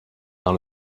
dans